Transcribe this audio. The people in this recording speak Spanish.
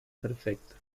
perfecta